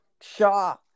Shaw